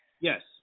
Yes